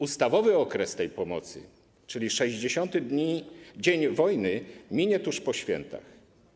Ustawowy termin tej pomocy, czyli 60. dzień wojny, minie tuż po świętach.